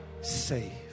saved